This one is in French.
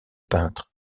peintre